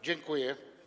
Dziękuję.